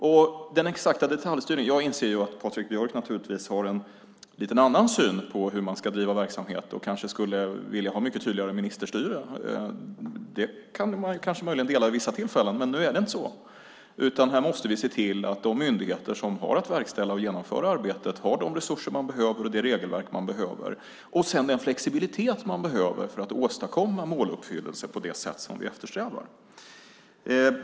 Jag inser naturligtvis att Patrik Björck har en lite annan syn på hur man ska driva verksamhet och kanske skulle vilja ha ett mycket tydligare ministerstyre. Det kan man möjligen dela uppfattning om vid vissa tillfällen, men nu är det inte så, utan här måste vi se till att de myndigheter som har att verkställa och genomföra arbetet har de resurser, det regelverk och den flexibilitet de behöver för att åstadkomma måluppfyllelse på det sätt som vi eftersträvar.